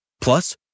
Plus